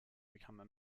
become